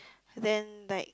then like